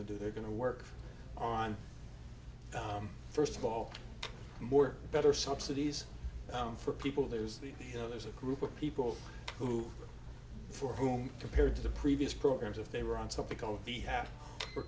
to do they're going to work on first of all more better subsidies for people there's the you know there's a group of people who for whom compared to the previous programs if they were on topic of the have or